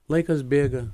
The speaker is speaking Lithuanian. laikas bėga